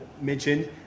mentioned